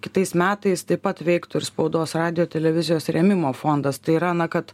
kitais metais taip pat veiktų ir spaudos radijo televizijos rėmimo fondas tai yra na kad